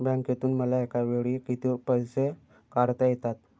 बँकेतून मला एकावेळी किती पैसे काढता येतात?